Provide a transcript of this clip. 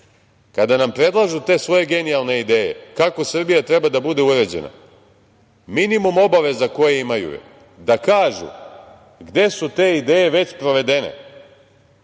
kada nam predlažu te svoje genijalne ideje kako Srbija treba da bude uređena, minimum obaveza koje imaju jeste da kažu, gde su te ideje već sprovedene